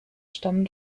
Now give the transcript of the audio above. stammen